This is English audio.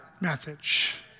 message